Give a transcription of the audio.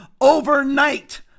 overnight